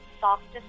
softest